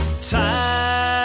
Time